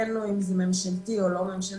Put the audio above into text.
מבחינתנו אם זה ממשלתי או לא ממשלתי.